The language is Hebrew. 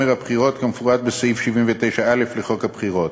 הבחירות כמפורט בסעיף 79א לחוק הבחירות.